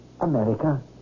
America